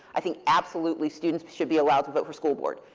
i think absolutely students should be allowed to vote for school board.